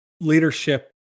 leadership